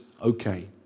okay